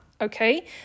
Okay